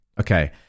okay